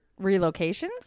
relocations